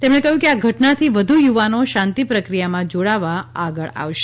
તેમણે કહ્યું કે આ ધટનાથી વધુ યુવાનો શાંતિ પ્રક્રિયામાં જોડાવા આગળ આવશે